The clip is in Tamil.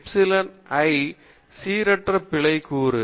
எப்சிலன் i சீரற்ற பிழை கூறு